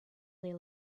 they